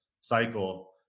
cycle